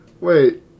wait